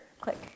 Click